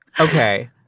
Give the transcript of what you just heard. Okay